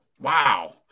Wow